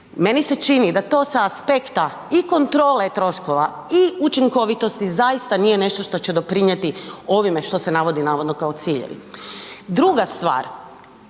Meni se čini da to sa aspekta i kontrole troškova i učinkovitosti zaista nije nešto što će doprinijeti ovime što se navodi kao ciljevi. Druga stvar,